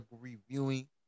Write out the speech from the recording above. reviewing